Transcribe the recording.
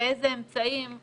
באיזה אמצעים?